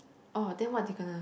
orh then what you gonna